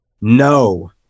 no